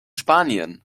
spanien